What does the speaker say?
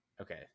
Okay